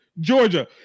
Georgia